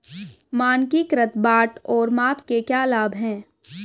मानकीकृत बाट और माप के क्या लाभ हैं?